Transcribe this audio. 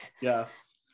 yes